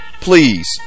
please